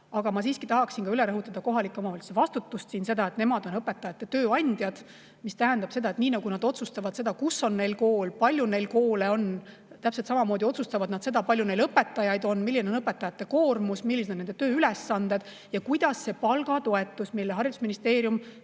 Aga ma tahaksin siiski üle rõhutada kohalike omavalitsuste vastutust, seda, et nemad on õpetajate tööandjad. See tähendab, et nii nagu nad otsustavad seda, kus kohas koolid on, kui palju neid on, täpselt samamoodi otsustavad nad seda, kui palju neil õpetajaid on, milline on õpetajate koormus, millised on nende tööülesanded ja kuidas see palgatoetus, mille haridusministeerium